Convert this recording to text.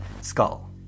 skull